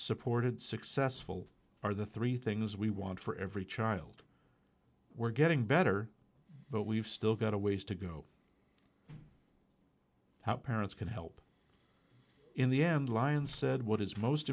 supported successful are the three things we want for every child we're getting better but we've still got a ways to go how parents can help in the end line said what is most